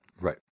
Right